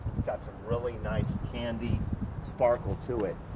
got some really nice candy sparkle to it.